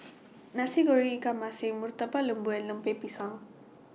Nasi Goreng Ikan Masin Murtabak Lembu and Lemper Pisang